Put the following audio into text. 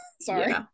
Sorry